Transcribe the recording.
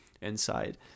inside